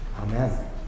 Amen